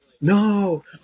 no